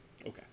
Okay